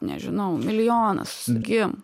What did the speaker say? nežinau milijonas gi